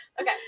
Okay